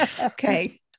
Okay